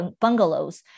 bungalows